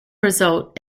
result